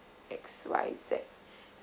X Y Z